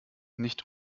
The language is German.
nicht